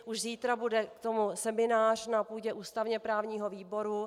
Už zítra bude k tomu seminář na půdě ústavněprávního výboru.